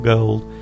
Gold